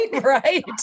Right